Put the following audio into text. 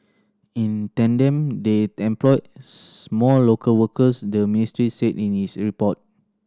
in tandem they employed more local workers the ministry said in its report